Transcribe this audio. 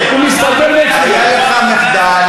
תראה, היה לך מחדל